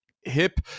hip